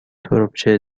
تربچه